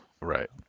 Right